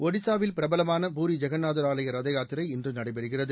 ஒடிசாவில் பிரபலமான பூரி ஜெகநாதர் ஆலயரத யாத்திரை இன்று நடைபெறுகிறது